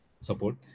Support